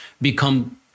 become